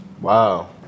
Wow